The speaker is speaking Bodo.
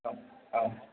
औ औ